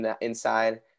inside